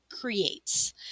creates